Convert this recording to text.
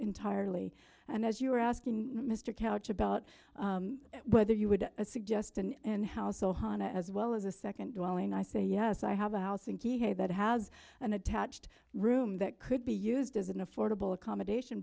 entirely and as you were asking mr couch about whether you would suggest an inhouse ohana as well as a second dwelling i say yes i have a house and he hay that has an attached room that could be used as an affordable accommodation